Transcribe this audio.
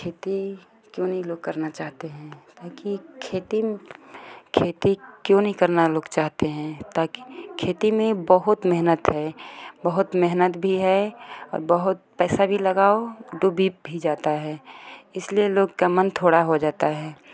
खेती क्यों नहीं लोग करना चाहते हैं ता खेती खेती क्यों नहीं करना लोग चाहते हैं ताकि खेती में बहुत मेहनत है बहुत मेहनत भी है और बहुत पैसा भी लगाओ डूबीत भी जाता है इसलिए लोग का मन थोड़ा हो जाता है